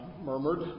murmured